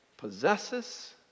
possesses